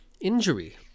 injury